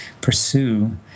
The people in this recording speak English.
pursue